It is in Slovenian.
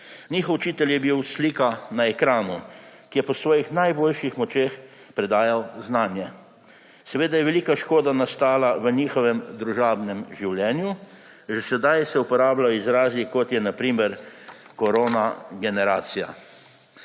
Njihov učitelj je bil slika na ekranu in je po svojih najboljših močeh predajal znanje. Seveda je velika škoda nastala v njihovem družabnem življenju. Že sedaj se uporabljajo izrazi, kot je na primer koronageneracija.